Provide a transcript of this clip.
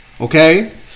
Okay